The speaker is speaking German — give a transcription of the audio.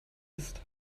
ist